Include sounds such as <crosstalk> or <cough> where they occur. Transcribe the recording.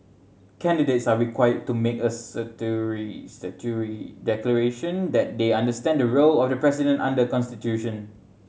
candidates are required to make a <unintelligible> declaration that they understand the role of the president under constitution